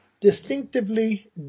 Distinctively